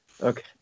okay